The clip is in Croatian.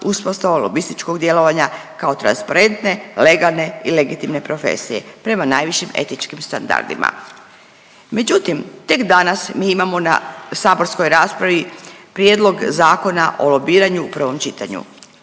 uspostavu lobističkog djelovanja kao transparentne, legalne i legitimne profesije prema najvišim etičkim standardima. Međutim, tek danas mi imamo na saborskoj raspravi Prijedlog Zakona o lobiranju u prvom čitanju.